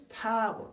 power